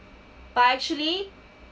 but actually